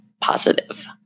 positive